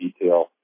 detail